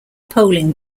polling